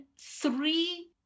three